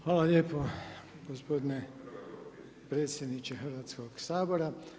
Hvala lijepo gospodine predsjedniče Hrvatskog sabora.